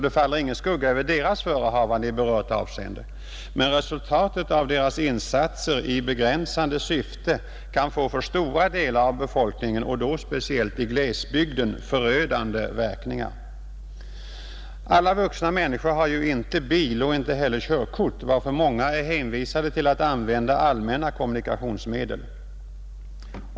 Det faller ingen skugga över deras förehavande i berört avseende, men resultatet av deras insatser i begränsande syfte kan för stora delar av befolkningen, och då speciellt i glesbygden, få förödande verkningar. Alla vuxna människor har ju inte bil och inte heller körkort, varför många är hänvisade till att använda allmänna kommunikationsmedel.